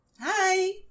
Hi